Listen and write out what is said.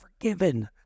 forgiven